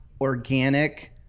organic